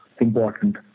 important